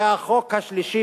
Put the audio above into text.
זה החוק השלישי